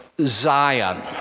Zion